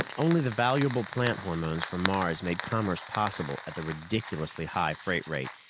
only the valuable plant hormones from mars made commerce possible at the ridiculously high freight rate.